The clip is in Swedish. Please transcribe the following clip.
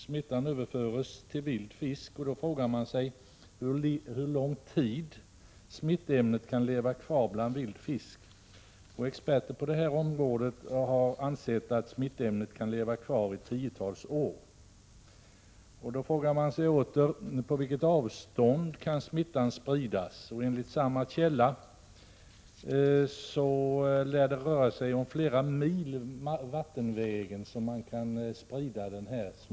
Smittan överförs till vild fisk, och man kan ställa frågan: Hur lång tid kan smittämnet leva kvar bland vild fisk? Experter på området anser att smittämnet kan leva kvar i tiotals år. Man kan vidare fråga: På vilket avstånd kan smittan spridas? Enligt den källa jag hänvisat till lär det röra sig om flera mil, vattenvägen.